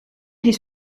his